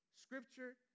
scripture